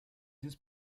ist